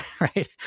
right